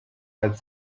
had